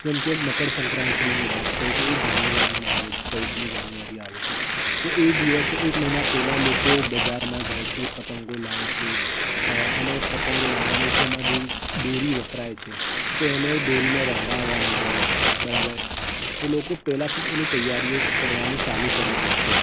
જેમકે મકરસંક્રાંતિની વાત કરીએ જાન્યુઆરીમાં આવે છે ચૌદમી જાન્યુઆરી આવે છે તો એ દિવસે એક મહિના પહેલા લોકો બજારમાં જાય છે પતંગો લાવે છે અને પતંગો લાવ્યા ને તેમાં જે દોરી વપરાય છે તો એને દોરીને રંગાવવાનો હોય બરાબર તો લોકો પહેલાથી જ એની તૈયારીઓ કરવાની ચાલુ કરી દે છે